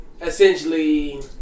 Essentially